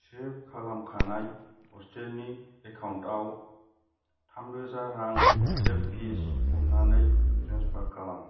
save खालामखानाय ह'स्टेलनि एकाउन्टआव थाम रोजा रां ह'स्टेल फिज अन्नानै ट्रेन्सफार खालाम